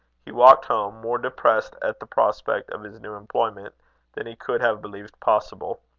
he walked home, more depressed at the prospect of his new employment than he could have believed possible.